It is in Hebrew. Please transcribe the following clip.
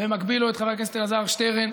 ובמקביל לו את חבר הכנסת אלעזר שטרן,